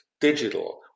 digital